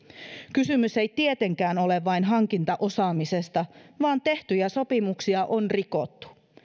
kysymys ei tietenkään ole vain hankintaosaamisesta vaan tehtyjä sopimuksia on rikottu